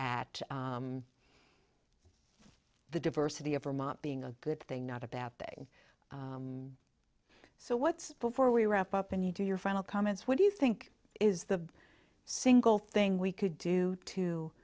at the diversity of vermont being a good thing not a bad thing so what's before we wrap up and you do your final comments what do you think is the single thing we could do to